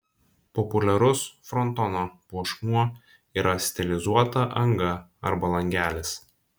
populiarus frontono puošmuo yra stilizuota anga arba langelis